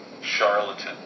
charlatan